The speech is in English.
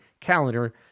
calendar